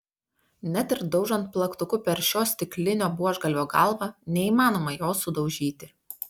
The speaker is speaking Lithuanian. net ir daužant plaktuku per šio stiklinio buožgalvio galvą neįmanoma jo sudaužyti